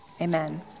Amen